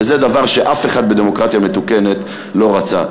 וזה דבר שאף אחד בדמוקרטיה מתוקנת לא רצה.